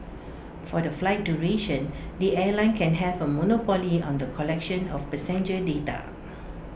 for the flight duration the airline can have A monopoly on the collection of passenger data